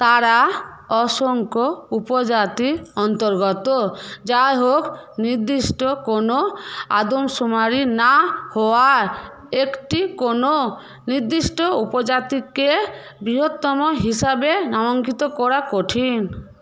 তারা অসংখ্য উপজাতির অন্তর্গত যাইহোক নির্দিষ্ট কোনও আদমশুমারি না হওয়ায় একটি কোনও নির্দিষ্ট উপজাতিকে বৃহত্তম হিসাবে নামাঙ্কিত করা কঠিন